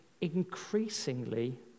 increasingly